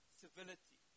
civility